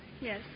Yes